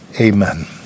Amen